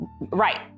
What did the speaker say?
Right